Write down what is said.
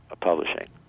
publishing